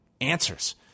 Answers